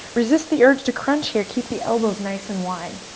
resist the urge to crunch here. keep the elbows nice and wide.